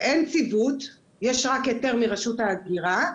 אין ציוות, יש רק היתר מרשות ההגירה,